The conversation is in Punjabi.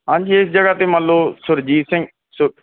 ਹਾਂਜੀ ਇਸ ਜਗ੍ਹਾ 'ਤੇ ਮੰਨ ਲਓ ਸੁਰਜੀਤ ਸਿੰਘ ਸੁ